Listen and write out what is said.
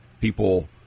people